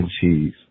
cheese